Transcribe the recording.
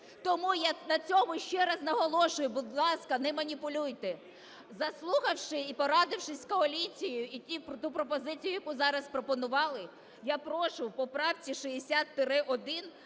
Тому я на цьому ще раз наголошую, будь ласка, не маніпулюйте. Заслухавши і порадившись із коаліцією, і ту пропозицію, яку зараз пропонували, я прошу у поправці 60-1